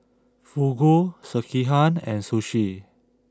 Fugu Sekihan and Sushi